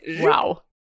wow